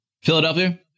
Philadelphia